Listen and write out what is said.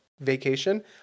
vacation